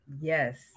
Yes